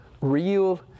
real